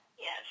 Yes